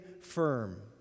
firm